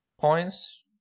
points